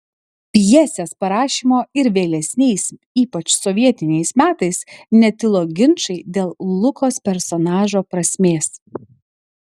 pjesės parašymo ir vėlesniais ypač sovietiniais metais netilo ginčai dėl lukos personažo prasmės